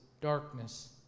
darkness